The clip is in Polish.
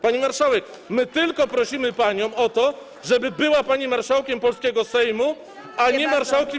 Pani marszałek, my tylko prosimy panią o to, żeby była pani marszałkiem polskiego Sejmu, a nie marszałkiem PiS-u.